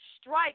strike